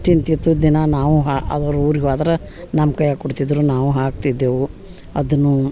ತಿಂತಿತ್ತು ದಿನ ನಾವು ಹಾಂ ಅದ್ರ ಊರಿಗೆ ಹೋದ್ರ ನಮ್ಮ ಕೈಯಾಗೆ ಕೊಡ್ತಿದ್ದರು ನಾವು ಹಾಕ್ತಿದ್ದೆವು ಅದನ್ನು